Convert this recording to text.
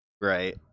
right